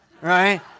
right